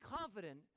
confident